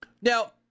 now